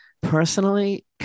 personally